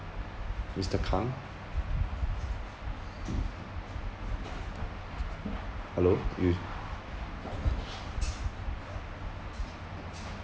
mister kang hello you